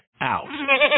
out